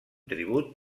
tribut